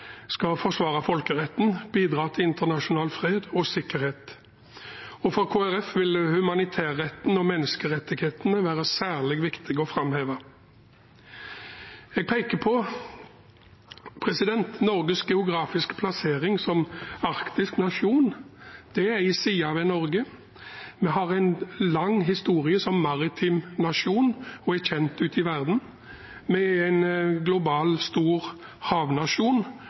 av at FN skal forsvare folkeretten og bidra til internasjonal fred og sikkerhet. For Kristelig Folkeparti vil det være særlig viktig å framheve humanitærretten og menneskerettighetene. Jeg vil også peke på Norges geografiske plassering som arktisk nasjon. Det er en side ved Norge. Vi har en lang historie som maritim nasjon og er kjent ute i verden. Vi er en global, stor